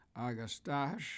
Agastache